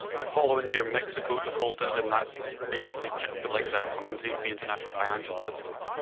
the following year mexico defaulted and that basically kicked the legs out from underneath the international financial system.